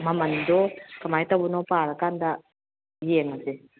ꯃꯃꯜꯗꯣ ꯀꯔꯃꯥꯏꯅ ꯇꯧꯕꯅꯣ ꯄꯥꯔꯀꯥꯟꯗ ꯌꯦꯡꯉꯁꯦ